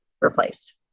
replaced